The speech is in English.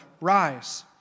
rise